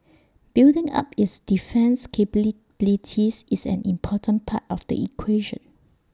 building up its defence is an important part of the equation